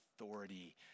authority